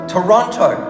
Toronto